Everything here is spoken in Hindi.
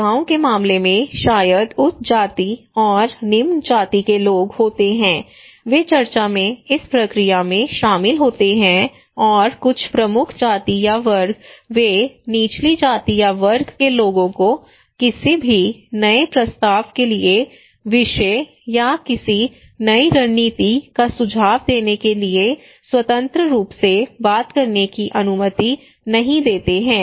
एक गाँव के मामले में शायद उच्च जाति और निम्न जाति के लोग होते हैं वे चर्चा में इस प्रक्रिया में शामिल होते हैं और कुछ प्रमुख जाति या वर्ग वे निचली जाति या वर्ग के लोगों को किसी भी नए प्रस्ताव के लिए विषय या किसी नई रणनीति का सुझाव देने के लिए स्वतंत्र रूप से बात करने की अनुमति नहीं देते हैं